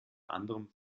anderem